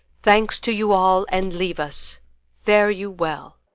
thanks to you all, and leave us fare you well.